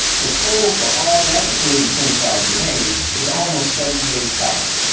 the total for all that including twenty five grenades is almost seventy eight thousand